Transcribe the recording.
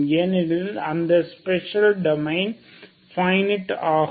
ஏனெனில் அந்த special domain finite ஆகும்